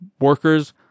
workers